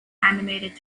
animated